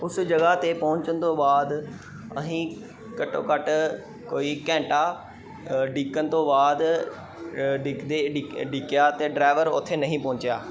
ਉਸ ਜਗ੍ਹਾ 'ਤੇ ਪਹੁੰਚਣ ਤੋਂ ਬਾਅਦ ਅਸੀਂ ਘੱਟੋ ਘੱਟ ਕੋਈ ਘੰਟਾ ਉਡੀਕਣ ਤੋਂ ਬਾਅਦ ਉਡੀਕਦੇ ਉਡੀਕ ਉਡੀਕਿਆ ਅਤੇ ਡਰਾਈਵਰ ਉੱਥੇ ਨਹੀਂ ਪਹੁੰਚਿਆ